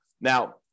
Now